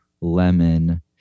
lemon